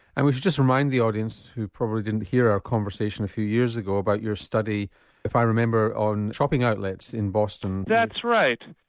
and we should just remind the audience who probably didn't hear our conversation a few years ago about your study if i remember on shopping outlets in boston. that's right,